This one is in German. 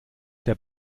der